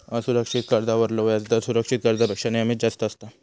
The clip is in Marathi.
असुरक्षित कर्जावरलो व्याजदर सुरक्षित कर्जापेक्षा नेहमीच जास्त असता